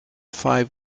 five